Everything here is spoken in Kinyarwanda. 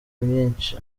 mwinshi